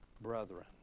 brethren